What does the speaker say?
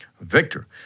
Victor